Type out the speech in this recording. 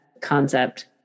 concept